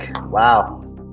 Wow